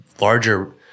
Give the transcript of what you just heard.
larger